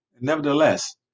nevertheless